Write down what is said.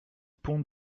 pont